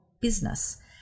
business